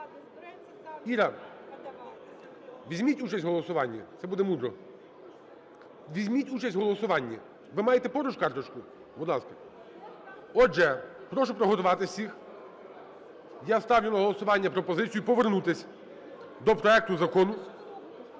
Іра, візьміть участь у голосуванні – це буде мудро. Візьміть участь у голосуванні. Ви маєте поруч карточку? Будь ласка. Отже, прошу приготуватись всіх, я ставлю на голосування пропозицію повернутись до проекту Закону